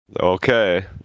Okay